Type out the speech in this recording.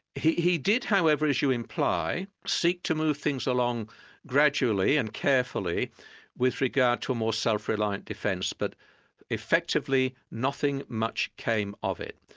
he he did however as you imply seek to move things along gradually and carefully with regard to a more self-reliant defence, but effectively nothing much came of it.